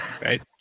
Right